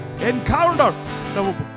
Encounter